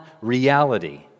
reality